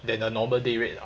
than a normal day rate lah